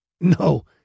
No